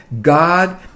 God